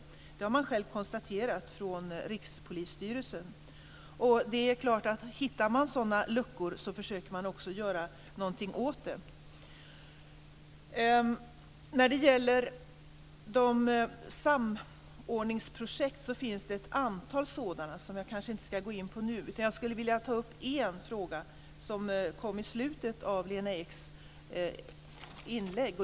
Det här har man själv konstaterat från Rikspolisstyrelsens sida. Det är klart att man, om man hittar sådana luckor, också försöker göra någonting åt dem. Det finns ett antal samordningsprojekt som jag kanske inte ska gå in på nu. Jag skulle vilja ta upp en fråga som kom i slutet av Lena Eks inlägg.